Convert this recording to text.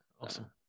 awesome